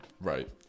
Right